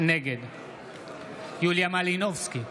נגד יוליה מלינובסקי,